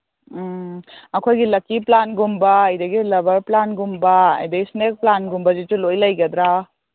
ꯎꯝ ꯑꯩꯈꯣꯏꯒꯤ ꯂꯀꯤ ꯄ꯭ꯂꯥꯟꯒꯨꯝꯕ ꯑꯗꯒꯤ ꯂꯕꯔ ꯄ꯭ꯂꯥꯟꯒꯨꯝꯕ ꯑꯗꯒꯤ ꯏꯁꯅꯦꯛ ꯄ꯭ꯂꯥꯟꯒꯨꯝꯕꯁꯤꯁꯨ ꯂꯣꯏ ꯂꯩꯒꯗ꯭ꯔꯥ